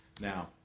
Now